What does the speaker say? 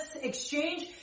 exchange